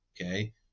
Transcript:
okay